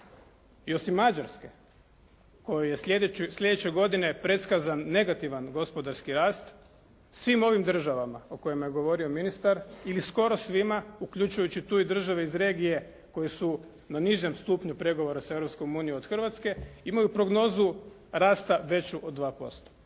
I osim Mađarske kojoj je sljedeće godine pretkazan negativan gospodarski rast, svim ovim državama o kojima je govorio ministar ili skoro svima uključujući tu i države iz regije koje su na nižem stupnju pregovora sa Europskom unijom od Hrvatske imaju prognozu rasta veću od 2%,